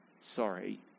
sorry